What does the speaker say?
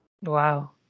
Wow